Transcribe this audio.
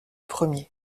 premier